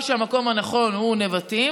אני סבורה שהמקום הנכון הוא נבטים.